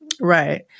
Right